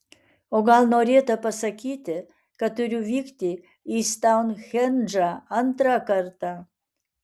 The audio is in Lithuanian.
o gal norėta pasakyti kad turiu vykti į stounhendžą antrą kartą